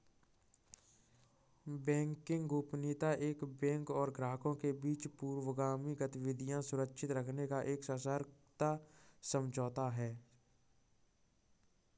banking गोपनीयता एक bank और ग्राहकों के बीच पूर्वगामी गतिविधियां सुरक्षित रखने का एक सशर्त समझौता है